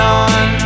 on